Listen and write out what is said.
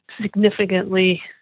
significantly